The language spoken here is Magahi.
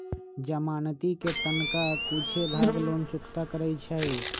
जमानती कें तनका कुछे भाग लोन चुक्ता करै छइ